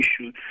issue